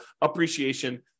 appreciation